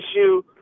issue